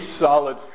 solid